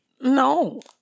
no